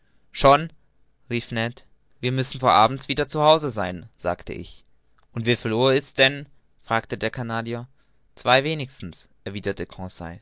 schon rief ned wir müssen vor abend wieder zu hause sein sagt ich aber wieviel uhr ist's denn fragte der canadier zwei uhr wenigstens erwiderte